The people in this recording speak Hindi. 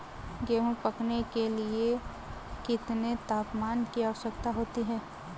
गेहूँ पकने के लिए कितने तापमान की आवश्यकता होती है?